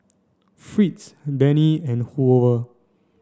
Fritz Dennie and Hoover